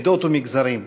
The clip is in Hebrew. עדות ומגזרים.